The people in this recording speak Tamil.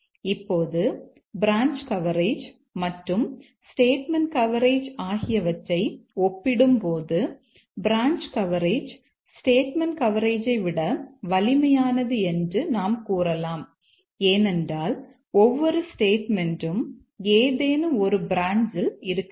இப்போது பிரான்ச் கவரேஜ் மற்றும் ஸ்டேட்மென்ட் கவரேஜ் ஆகியவற்றை ஒப்பிடும்போது பிரான்ச் கவரேஜ் ஸ்டேட்மென்ட் கவரேஜை விட வலிமையானது என்று நாம் கூறலாம் ஏனென்றால் ஒவ்வொரு ஸ்டேட்மென்ட்யும் ஏதேனும் ஒரு பிரான்ச்யில் இருக்க வேண்டும்